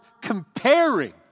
comparing